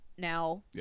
now